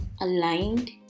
aligned